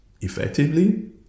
effectively